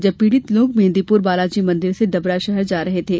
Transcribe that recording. जब पीड़ित लोग मेहंदीपुर बालाजी मंदिर से डबरा शहर जा रहे थे